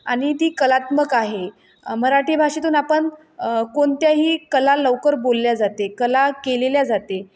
आणि ती कलात्मक आहे मराठी भाषेतून आपण कोणत्याही कला लवकर बोलली जाते कला केलेली जाते